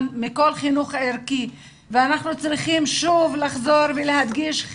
מכל חינוך ערכי ואנחנו צריכים שוב לחזור ולהדגיש,